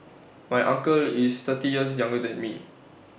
my uncle is thirty years younger than me